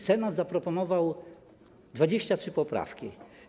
Senat zaproponował 23 poprawki.